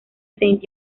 saint